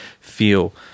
feel